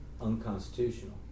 unconstitutional